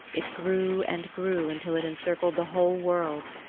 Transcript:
it grew and grew until it encircled the whole world.